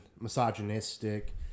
misogynistic